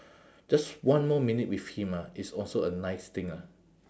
just one more minute with him ah it's also a nice thing ah